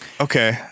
Okay